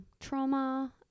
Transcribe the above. trauma